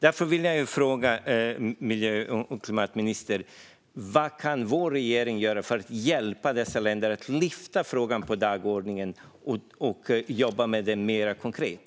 Därför vill jag fråga miljö och klimatministern: Vad kan vår regering göra för att hjälpa dessa länder att lyfta upp frågan på dagordningen och jobba med den mer konkret?